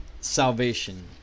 salvation